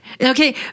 Okay